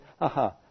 aha